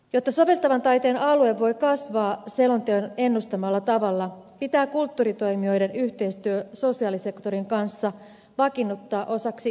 jotta soveltavan taiteen alue voi kasvaa selonteon ennustamalla tavalla pitää kulttuuritoimijoiden yhteistyö sosiaalisektorin kanssa vakiinnuttaa osaksi taiteen rahoitusta